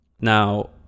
Now